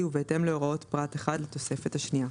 ובהתאם להוראות פרט (1) לתוספת השנייה.